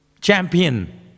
champion